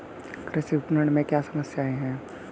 कृषि विपणन में क्या समस्याएँ हैं?